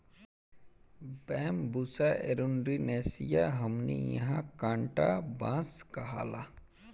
Bambusa arundinacea के हमनी इन्हा कांटा बांस कहाला